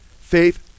Faith